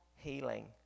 healing